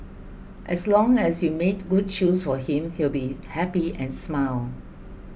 as long as you made good choose for him he will be happy and smile